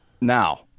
Now